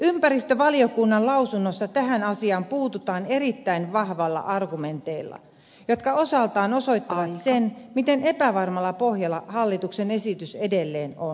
ympäristövaliokunnan lausunnossa tähän asiaan puututaan erittäin vahvoilla argumenteilla jotka osaltaan osoittavat sen miten epävarmalla pohjalla hallituksen esitys edelleen on